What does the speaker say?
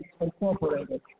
Incorporated